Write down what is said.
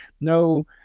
No